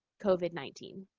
covid nineteen.